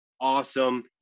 awesome